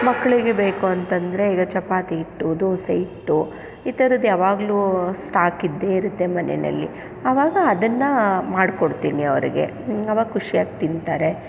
ಮಕ್ಕಳಿಗೆ ಬೇಕು ಅಂತಂದರೆ ಈಗ ಚಪಾತಿ ಹಿಟ್ಟು ದೋಸೆ ಹಿಟ್ಟು ಈ ಥರದ್ದು ಯಾವಾಗಲೂ ಸ್ಟಾಕ್ ಇದ್ದೇ ಇರುತ್ತೆ ಮನೇಯಲ್ಲಿ ಅವಾಗ ಅದನ್ನು ಮಾಡ್ಕೊಡ್ತೀನಿ ಅವರಿಗೆ ಆವಾಗ ಖುಷಿಯಾಗಿ ತಿಂತಾರೆ